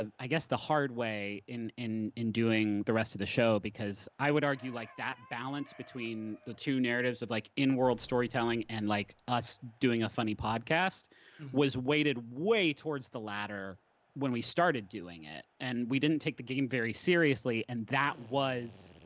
and i guess, the hard way in in doing the rest of the show because i would argue like that balance between the two narratives of like in-world storytelling and like us doing a funny podcast was weighted way towards the latter when we started doing it. and we didn't take the game very seriously, and that was.